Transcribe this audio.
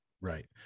Right